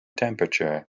temperature